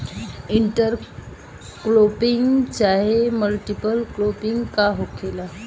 Inter cropping चाहे multiple cropping का होखेला?